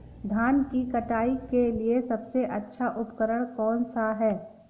धान की कटाई के लिए सबसे अच्छा उपकरण कौन सा है?